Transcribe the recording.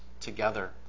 together